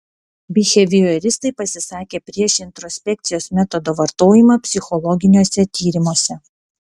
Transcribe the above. bihevioristai pasisakė prieš introspekcijos metodo vartojimą psichologiniuose tyrimuose